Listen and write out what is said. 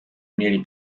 mieli